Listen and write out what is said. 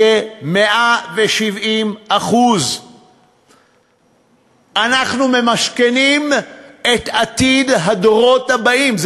יהיה 170%. אנחנו ממשכנים את עתיד הדורות הבאים,